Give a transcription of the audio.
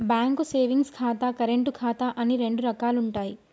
bank savings ఖాతా, current ఖాతా అని రెండు రకాలుంటయ్యి